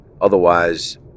Otherwise